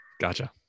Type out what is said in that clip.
gotcha